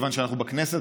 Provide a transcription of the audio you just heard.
כיוון שאנחנו בכנסת,